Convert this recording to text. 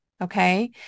okay